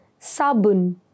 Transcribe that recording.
Sabun